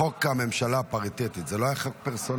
חוק הממשלה הפריטטית, זה לא היה חוק פרסונלי?